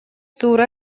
туура